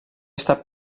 estat